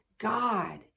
God